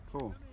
Cool